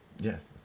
Yes